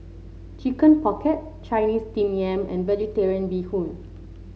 Chicken Pocket Chinese steam yam and vegetarian Bee Hoon